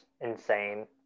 insane